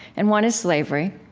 and one is slavery.